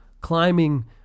climbing